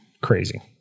Crazy